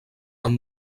amb